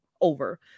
over